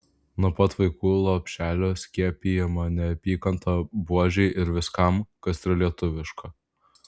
nuo pat vaikų lopšelio skiepijama neapykanta buožei ir viskam kas yra lietuviška